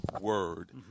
word